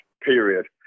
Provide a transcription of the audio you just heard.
period